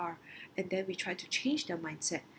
R and then we try to change their mindset